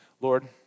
Lord